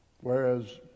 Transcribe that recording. Whereas